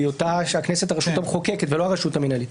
בהיותה הרשות המחוקקת ולא הרשות המינהלית.